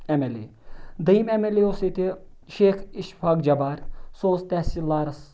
M L A دوٚیِم M L A اوس ییٚتہِ شیخ اشفاق جبار سُہ اوس تحصیٖل لارَس